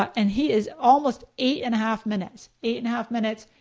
and he is almost eight and a half minutes, eight and a half minutes.